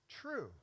true